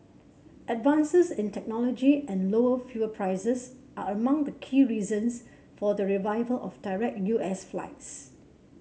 advances in technology and lower fuel prices are among the key reasons for the revival of direct U S flights